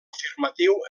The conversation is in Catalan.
afirmatiu